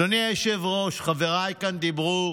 אדוני היושב-ראש, חבריי כאן דיברו